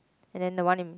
and then the one in